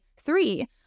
three